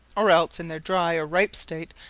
or else, in their dry or ripe state,